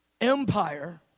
empire